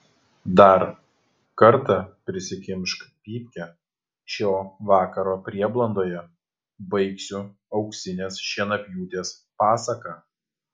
dar kartą prisikimšk pypkę šio vakaro prieblandoje baigsiu auksinės šienapjūtės pasaką